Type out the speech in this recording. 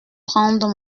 prendre